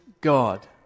God